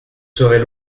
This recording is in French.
serez